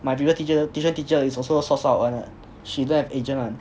my previous teacher tuition teacher is also source out [one] ah she don't have agent [one]